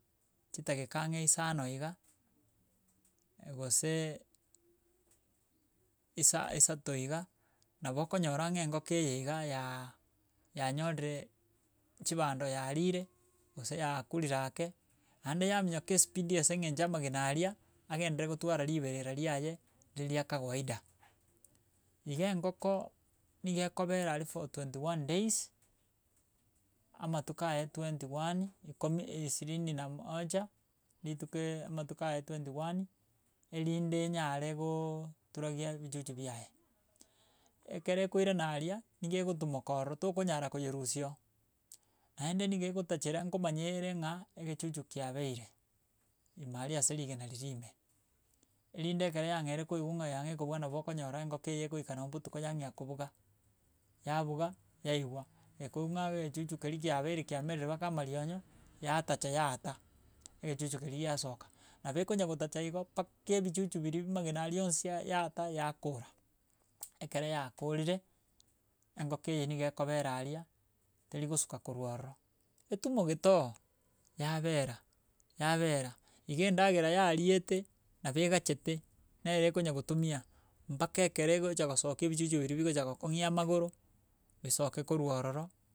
Chidageka ang'e isano iga, goseee isa isato iga, nabo okonyora ng'a engoko eye iga yaaa yanyorire chibando yarire gose yakurire ake, naende yaminyoka espidi ase eng'encho amagena aria, agendeire gotwara riberera riaye, riria ria kawaida. Iga engoko niga ekobera aria for twenty one days, amatuko aye twenty one ikomi isirini na moja, ritukooo amatuko aye twenty one, erinde nyare goooturagia ebichuchu biaye. Ekera ekoirana aria, niga egotimoka ororo tokonyara koyerusio, naende niga egotachera nkomanya era ng'a egechuchu kiabeire ime aria ase rigena riria ime, erinde ekero yang'eire koigwa ng'a yang'eire kobuga nabo okonyora engoko eye egoika no mbotuko yang'ea kobuga. Yabuga, yaigwa ekoigwa ng'aa egechuchu keria kiabeire kiamerire mpaka amarionyo, yatacha yaata, egechuchu keria giasoka. Nabo ekonya gotacha igo mpaka ebichuchu biria amagena aria yonsi yaata yakora. Ekero yakorire, engoko eye niga ekobera aria, terigosuka korwa ororo, etumogeto oo yabera yabera iga endagera yariete nabo egachete nere ekonya gotumia mpaka ekero egocha kosoka ebichuchu biria bigocha gokong'ia amagoro, bisoke korwa ororo.